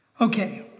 Okay